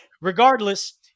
Regardless